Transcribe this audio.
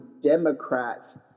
Democrats